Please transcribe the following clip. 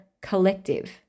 collective